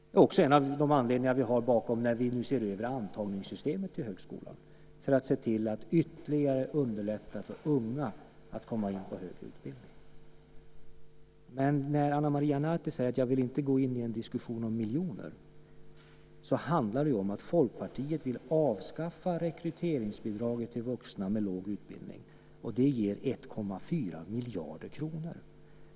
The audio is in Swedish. Det är också en av anledningarna till att vi nu ser över antagningssystemet till högskolan, för att se till att ytterligare underlätta för unga att komma in på högre utbildning. När Ana Maria Narti säger att hon inte vill gå in i en diskussion om miljoner handlar det om att Folkpartiet vill avskaffa rekryteringsbidraget till vuxna med låg utbildning. Det ger 1,4 miljarder kronor.